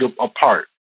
apart